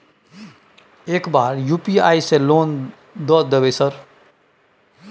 एक बार यु.पी.आई से लोन द देवे सर?